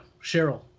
Cheryl